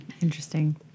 Interesting